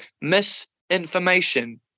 Misinformation